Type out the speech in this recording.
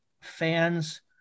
fans